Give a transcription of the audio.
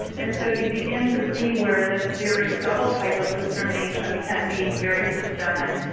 and so you begin to see where this very subtle type of discrimination can be very systemic